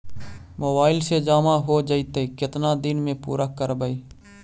Mobile से जामा हो जैतय, केतना दिन में पुरा करबैय?